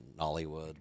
Nollywood